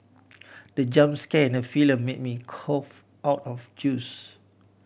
the jump scare in the film made me cough out my juice